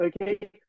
Okay